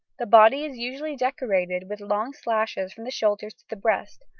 the body is usually decorated with long slashes from the shoulders to the breast,